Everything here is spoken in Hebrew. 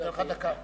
נותרה לך דקה.